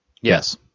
Yes